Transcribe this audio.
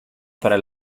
para